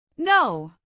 No